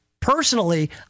personally